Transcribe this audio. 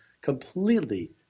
completely